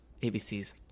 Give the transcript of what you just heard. ABC's